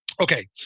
okay